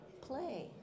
play